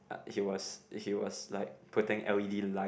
he was he was like putting L_E_D light